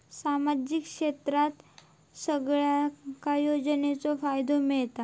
सामाजिक क्षेत्रात सगल्यांका योजनाचो फायदो मेलता?